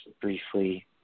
briefly